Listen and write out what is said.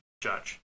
judge